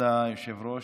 כבוד היושב-ראש,